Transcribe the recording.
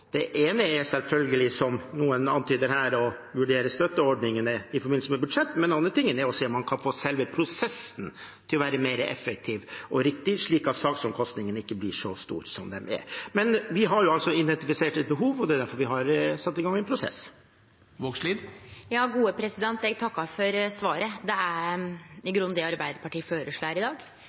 Det ene er selvfølgelig, som noen antyder her, at man i forbindelse med budsjettet vurderer støtteordningene. En annen ting er å se på om man kan få selve prosessen til å være mer effektiv og riktig, slik at saksomkostningene ikke blir så store som de er. Men vi har identifisert et behov, og det er derfor vi har satt i gang en prosess. Eg takkar for svaret. Det er i grunnen det Arbeidarpartiet føreslår i dag: